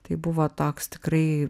tai buvo toks tikrai